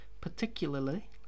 Particularly